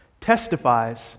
testifies